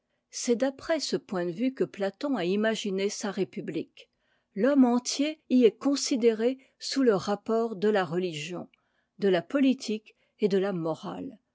c'est d'après ce point de vue que platon a imaginé sa république l'homme entier y est considéré sous le rapport de la religion de la politique et ë la morale